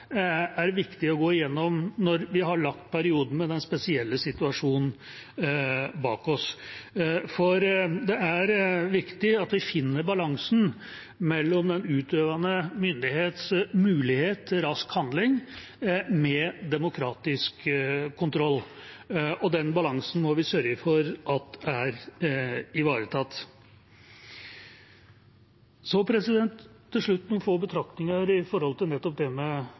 er det viktig å gå igjennom erfaringene med dem og ikke minst det demokratiske perspektivet ved dem, når vi har lagt perioden med den spesielle situasjonen bak oss. For det er viktig at vi finner balansen mellom den utøvende myndighets mulighet til rask handling og demokratisk kontroll. Den balansen må vi sørge for at er ivaretatt. Til slutt noen få betraktninger om nettopp det med